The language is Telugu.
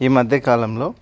ఈ మధ్య కాలంలో